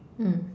mm